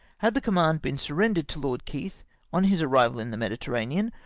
had the command been sur rendered to lord keith on his arrival in the mediterra nean,